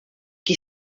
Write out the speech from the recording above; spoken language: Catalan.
qui